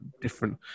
different